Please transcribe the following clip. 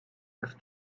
with